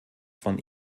von